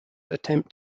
attempt